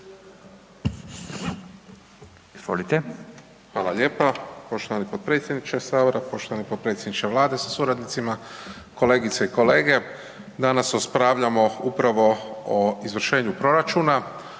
Hvala lijepa poštovani potpredsjedniče Sabora, poštovani potpredsjedniče Vlade sa suradnicima, kolegice i kolege. Danas raspravljamo upravo o izvršenju proračuna,